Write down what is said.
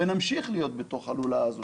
ועלולים להמשיך ולהיות בתוך הלולאה הזאת